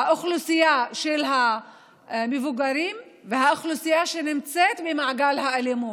האוכלוסייה של המבוגרים והאוכלוסייה שנמצאת במעגל האלימות.